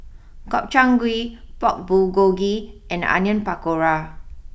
Gobchang Gui Pork Bulgogi and Onion Pakora